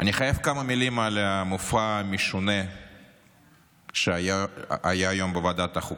אני חייב כמה מילים על המופע המשונה שהיה היום בוועדת החוקה.